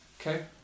Okay